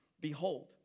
Behold